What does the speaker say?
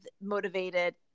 motivated